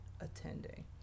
attending